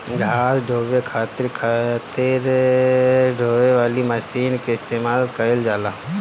घास ढोवे खातिर खातिर ढोवे वाली मशीन के इस्तेमाल कइल जाला